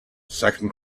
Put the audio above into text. second